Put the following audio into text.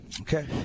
Okay